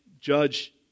judge